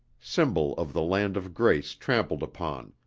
symbol of the land of grace trampled upon,